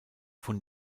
von